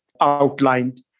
outlined